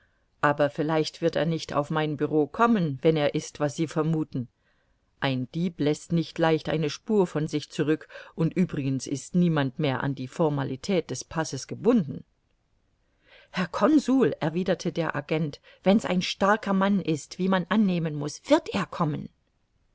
aber vielleicht wird er nicht auf mein bureau kommen wenn er ist was sie vermuthen ein dieb läßt nicht leicht eine spur von sich zurück und übrigens ist niemand mehr an die formalität des passes gebunden herr consul erwiderte der agent wenn's ein starker mann ist wie man annehmen muß wird er kommen